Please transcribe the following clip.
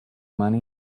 money